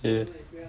okay